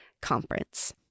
Conference